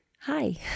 Hi